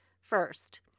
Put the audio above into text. first